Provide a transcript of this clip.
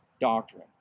doctrine